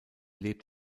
lebt